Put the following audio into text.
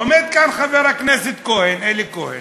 עומד כאן חבר הכנסת כהן, אלי כהן,